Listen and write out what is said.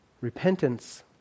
Repentance